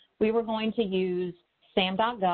we were going to use sam gov,